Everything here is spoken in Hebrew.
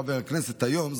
חבר הכנסת היום,